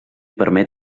permet